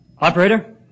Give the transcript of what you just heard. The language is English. Operator